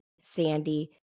Sandy